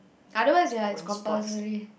otherwise ya is compulsory